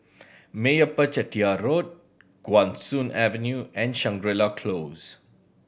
Meyappa Chettiar Road Guan Soon Avenue and Shangri La Close